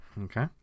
Okay